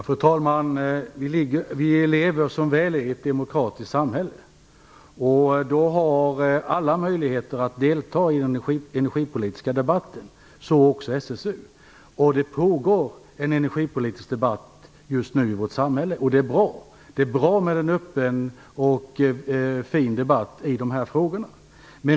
Fru talman! Vi lever som väl är i ett demokratiskt samhälle. Då har alla möjligheter att delta i den energipolitiska debatten, även SSU. Det pågår en energipolitisk debatt just nu i vårt samhälle. Det är bra. Det är bra med en öppen och fin debatt kring dessa frågor.